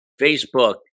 Facebook